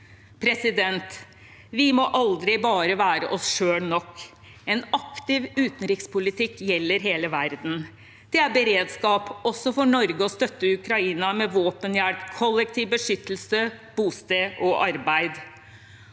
utdanning. Vi må aldri bare være oss selv nok. En aktiv utenrikspolitikk gjelder hele verden. Det er beredskap, også for Norge, å støtte Ukraina med våpenhjelp, kollektiv beskyttelse, bosted og arbeid.